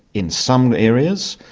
in some areas,